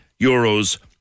Euros